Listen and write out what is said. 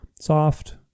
soft